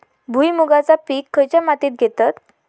भुईमुगाचा पीक खयच्या मातीत घेतत?